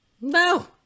No